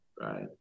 right